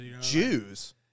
Jews